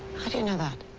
how do you know that?